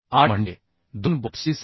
8 म्हणजे 2 बोल्ट्सची संख्या